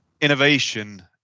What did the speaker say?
Innovation